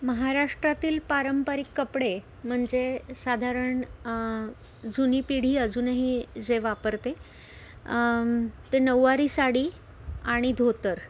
महाराष्ट्रातील पारंपरिक कपडे म्हणजे साधारण जुनी पिढी अजूनही जे वापरते ते नऊवारी साडी आणि धोतर